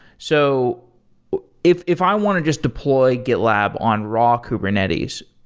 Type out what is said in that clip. so if if i want to just deploy gitlab on raw kubernetes,